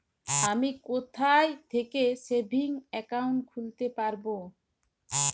আমি কোথায় থেকে সেভিংস একাউন্ট খুলতে পারবো?